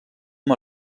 amb